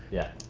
yeah.